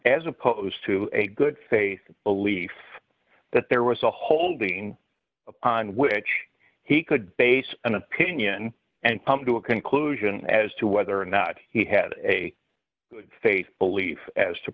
as opposed to a good faith belief that there was a holding on which he could base an opinion and come to a conclusion as to whether or not he had a good faith belief as to